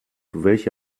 welche